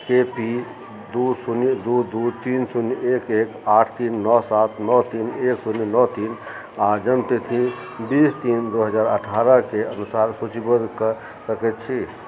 के पी दू शुन्य दू दू तीन शुन्य एक एक आठ तीन नओ सात नओ तीन एक शुन्य नओ तीन आ जन्मतिथि बीस तीन दू हजार अठारहके अनुसार सूचीबद्ध कऽ सकैत छी